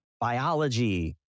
biology